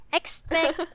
expect